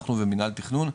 אנחנו ומינהל תיכנון,